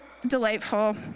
delightful